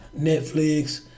Netflix